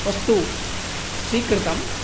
वस्तुं स्वीकृतम्